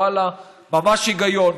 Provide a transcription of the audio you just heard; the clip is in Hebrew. ואללה, ממש היגיון.